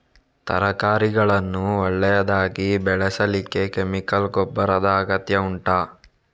ತರಕಾರಿಗಳನ್ನು ಒಳ್ಳೆಯದಾಗಿ ಬೆಳೆಸಲಿಕ್ಕೆ ಕೆಮಿಕಲ್ ಗೊಬ್ಬರದ ಅಗತ್ಯ ಉಂಟಾ